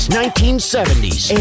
1970s